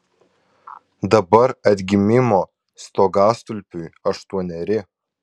dabar atgimimo stogastulpiui aštuoneri